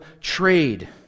trade